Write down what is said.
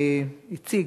זו שהציג